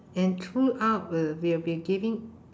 and throughout we'll we'll be giving